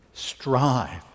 Strive